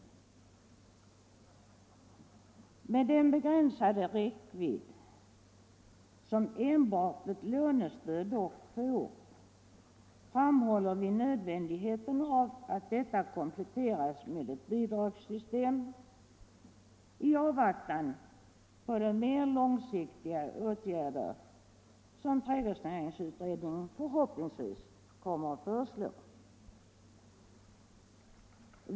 Med hänsyn till den begränsade räckvidd som enbart lånestöd dock får framhåller vi nödvändigheten av att detta kompletteras med ett bidragssystem, i avvaktan på de mer långsiktiga åtgärder som trädgårdsnäringsutredningen förhoppningsvis kommer att föreslå.